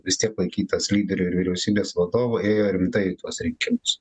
vis tiek laikytas lyderiuir vyriausybės vadovu ėjo rimtai į tuos rinkimus